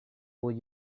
will